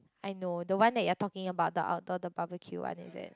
I know the one that you're talking about the outdoor the barbeque one is it